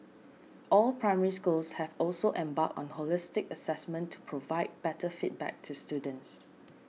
all Primary Schools have also embarked on holistic assessment to provide better feedback to students